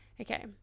okay